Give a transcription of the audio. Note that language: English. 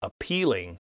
appealing